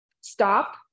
stop